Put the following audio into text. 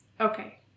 Okay